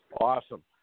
Awesome